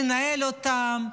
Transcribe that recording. לנהל אותם,